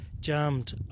jammed